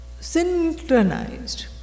Synchronized